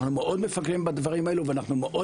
אנחנו מאוד מפגרים בדברים האלו ואנחנו מאוד